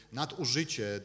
nadużycie